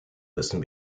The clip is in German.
müssen